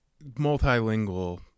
multilingual